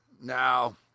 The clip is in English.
Now